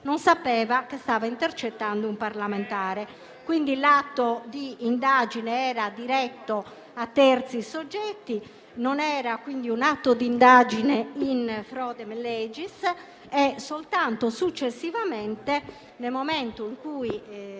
non sapeva che stava intercettando un parlamentare. *(Commenti)*. Quindi, l'atto di indagine era diretto a soggetti terzi, non era quindi un atto di indagine *in fraudem legis* e soltanto successivamente, nel momento in cui